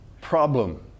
problem